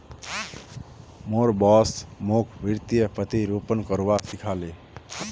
मोर बॉस मोक वित्तीय प्रतिरूपण करवा सिखा ले